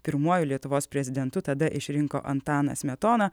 pirmuoju lietuvos prezidentu tada išrinko antaną smetoną